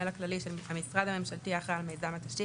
הכללי של המשרד הממשלתי האחראי על מיזם התשתית,